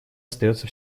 остается